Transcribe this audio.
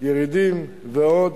ירידים ועוד.